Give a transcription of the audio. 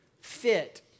fit